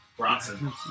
Bronson